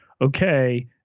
okay